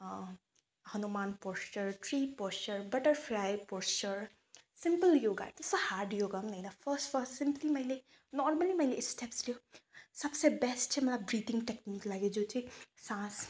Hanuman posture tree poster butterfly posture simple yoga त्यस्तो hard yoga पनि होइन फर्स्ट फर्स्ट सिम्पली मैले नोर्मली मैले स्टेप्सहरू सबसे बेस्ट चाहिँ मलाई ब्रेदिङ् टेक्निक लाग्यो जो चाहिँ सास